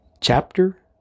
Chapter